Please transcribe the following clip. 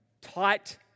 tight